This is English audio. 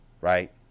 Right